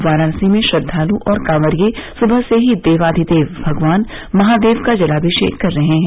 वाराणसी में श्रद्वालु और कॉवरिये सुबह से ही देवाधिर्देव भगवान महादेव का जलानिषेक कर रहे हैं